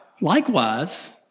likewise